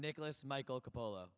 nicholas michael couple